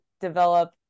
develop